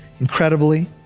incredibly